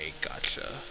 gotcha